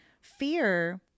fear